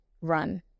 run